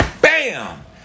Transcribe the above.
Bam